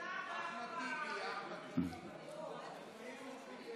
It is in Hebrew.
אחמד טיבי, אחמד טיבי.